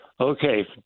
Okay